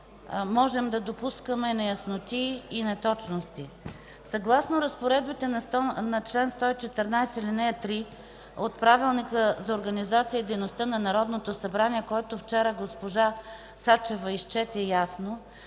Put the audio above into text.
можем да допускаме неясноти и неточности. Съгласно разпоредбите на чл. 114, ал. 3 от Правилника за организацията и дейността на Народното събрание, който вчера госпожа Цачева изчете ясно,